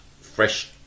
fresh